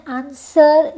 answer